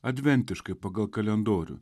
adventiškai pagal kalendorių